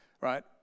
right